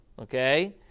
okay